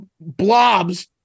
blobs